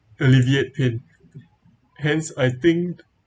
alleviate pain hence I think